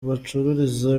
bacururiza